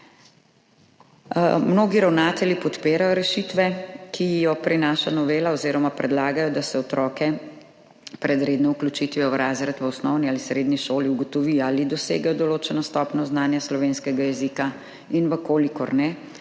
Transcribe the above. Mnogi ravnatelji podpirajo rešitve, ki jih prinaša novela oziroma predlagajo, da se pred redno vključitvijo otrok v razred v osnovni ali srednji šoli ugotovi, ali dosegajo določeno stopnjo znanja slovenskega jezika in če ne,